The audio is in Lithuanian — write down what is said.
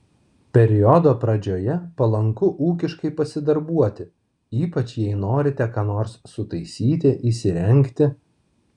periodo pradžioje palanku ūkiškai pasidarbuoti ypač jei norite ką nors sutaisyti įsirengti